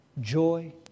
Joy